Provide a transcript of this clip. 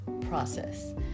process